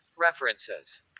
References